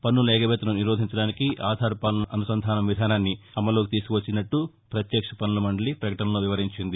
పన్నుల ఎగవేతను నిరోధించడానికి ఆధార్ పాన్ ల అనుసంధానం విధానాన్ని ఆమల్లోకి తీసుకువచ్చినట్ల ప్రత్యక్ష పన్నుల మండలి ప్రకటనలో వివరించింది